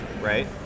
right